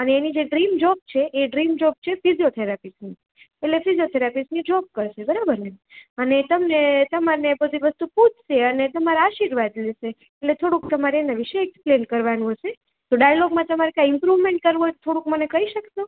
અને એની જે ડ્રીમ જોબ છે એ ડ્રીમ જોબ છે ફિજીયોથેરાપીસ્ટની એટલે ફિજયોથેરાપીસ્ટની જોબ કરશે બરાબરને અને તમને તમારને બધું પુછશે અને તમારા આશીર્વાદ લેશે એટલે થોડુંક તમારે એને વિષય એક્સપલેઇન કરવાનું હશે તો ડાઈલોગમાં કાંઈ તમારે ઇમ્પ્રુવમેન્ટ કરવું હોય તો થોડુંક મને કહી શકશો